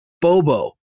Bobo